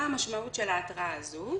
מה המשמעות של ההתראה הזו?